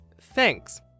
Thanks